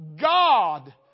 God